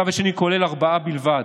השלב השני כולל ארבעה בלבד.